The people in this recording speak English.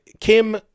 Kim